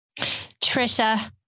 Trisha